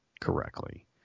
correctly